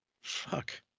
fuck